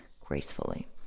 gracefully